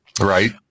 right